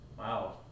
Wow